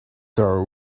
there